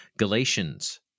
Galatians